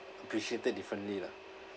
appreciated differently lah